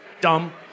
dumb